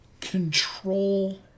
control